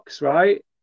right